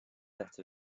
set